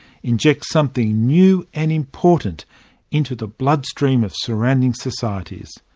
inject something new and important into the bloodstream of surrounding societies.